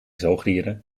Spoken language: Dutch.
zoogdieren